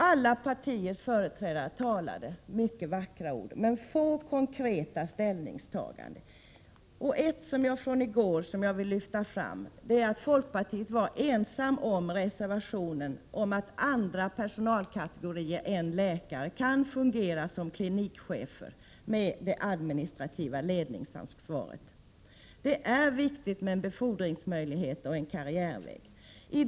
Alla partiers företrädare sade många vackra ord, men få konkreta ställningstaganden gjordes. En sak från i går vill jag lyfta fram, nämligen att folkpartiet ensamt stod bakom reservationen, där det framgår att andra personalkategorier än läkare skall kunna fungera som klinikchefer och ha det administrativa ledningsansvaret. Det är viktigt med befordringsmöjligheter och karriärvägar.